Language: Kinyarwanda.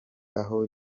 aho